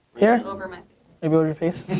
here? over my face.